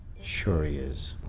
sure he is.